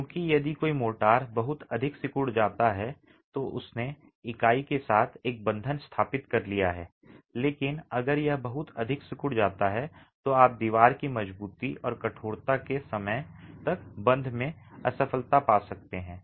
क्योंकि यदि कोई मोर्टार बहुत अधिक सिकुड़ जाता है तो उसने इकाई के साथ एक बंधन स्थापित कर लिया है लेकिन अगर यह बहुत अधिक सिकुड़ जाता है तो आप दीवार की मजबूती और कठोरता के समय तक बंध में असफलता पा सकते हैं